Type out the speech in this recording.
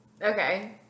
Okay